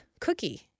cookie